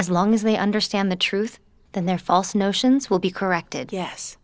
as long as they understand the truth than their false notions will be corrected yes